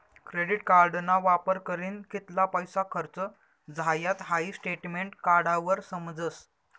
credit कार्डना वापर करीन कित्ला पैसा खर्च झायात हाई स्टेटमेंट काढावर समजस